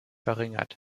verringert